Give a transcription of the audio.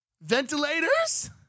ventilators